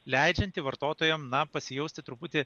leidžiantį vartotojam na pasijausti truputį